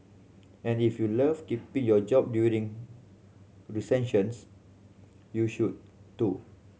and if you love keeping your job during recessions you should too